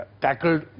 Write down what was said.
tackled